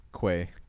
quay